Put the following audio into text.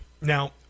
Now